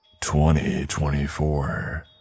2024